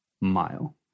mile